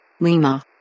Lima